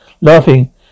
Laughing